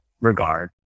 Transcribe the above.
regard